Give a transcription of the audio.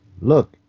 look